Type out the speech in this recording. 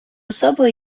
особою